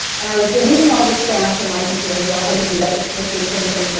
and i was deleting all the spam for my computer. you know how you do that, just blink, blink, blink, blink, blink,